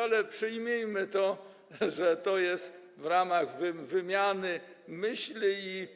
Ale przyjmijmy, że to jest w ramach wymiany myśli i